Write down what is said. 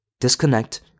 disconnect